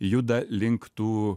juda link tų